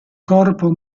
corpo